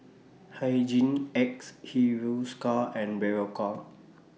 Hygin X Hiruscar and Berocca